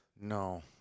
no